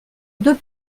deux